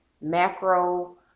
macro